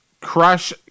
Crush